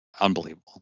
unbelievable